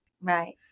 Right